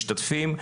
למשתתפים.